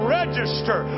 register